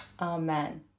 Amen